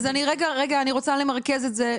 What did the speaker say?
אז אני רגע רוצה למרכז את זה.